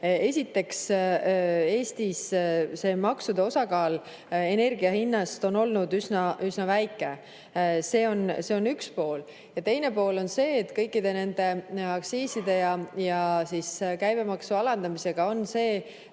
Esiteks, Eestis on maksude osakaal energia hinnas olnud üsna väike. See on üks pool. Teine pool on see, et kõikide nende aktsiiside ja käibemaksu alandamisega on nii